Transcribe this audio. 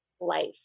life